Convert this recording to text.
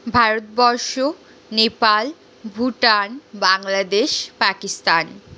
Bharatvarsha Nepal Bhutan Bangladesh Pakistan